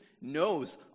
knows